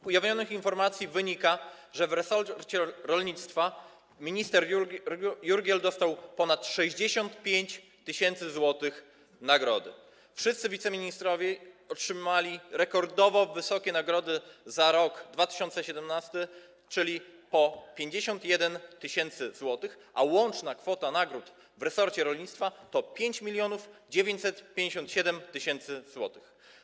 Z ujawnionych informacji wynika, że w resorcie rolnictwa minister Jurgiel dostał ponad 65 tys. zł nagrody, wszyscy wiceministrowie otrzymali rekordowo wysokie nagrody za rok 2017, czyli po 51 tys. zł, a łączna kwota nagród w resorcie rolnictwa to 5957 tys. zł.